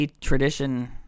tradition